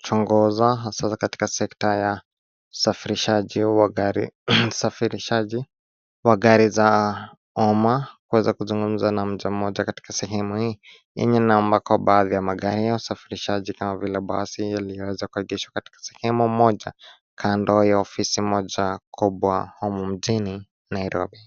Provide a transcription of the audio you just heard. kuchunguza hasa katika sekta ya usafirishaji wa gari za uma kuweza kuzungumza na mja moja katika sehemu hii. Inye naomba kwa baadhi ya magari ya safirishaji kama vile basi ya liweza kwa gisho katika sehemu moja kando ya ofisi moja kubwa humu mjini Nairobi.